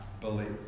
believe